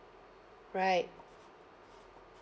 right